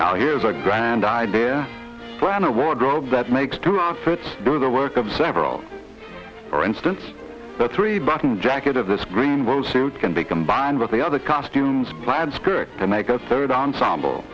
now here's a grand idea plan a wardrobe that makes two outfits do the work of several for instance the three button jacket of this green rose silk can be combined with the other costumes plaid skirt and make us third ensemble